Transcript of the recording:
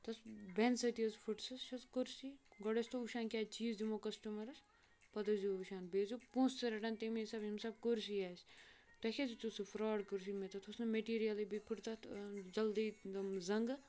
تتھ اوس بیٚہنہٕ سۭتی حظ پھٕٹ سۄ چھِ حظ کُرسی گۄڈٕ ٲسۍ تو وٕچھان کُس چیٖز دِمو کَسٹَمَرَس پَتہٕ ٲسۍ زیو وٕچھان بیٚیہِ ٲسۍ زٮ۪و پونسہٕ تہِ رَٹان تمے حِساب ییٚمہِ حِساب کُرسی آسہِ تۄہہِ کیازِ دِژوٗ سُہ فراڈ کُرسی مےٚ تَتھ اوس نہٕ میٚٹیٖرِیَلٕے بیٚیہِ پھُٹ تَتھ جَلدی زَنٛگہٕ